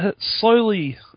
slowly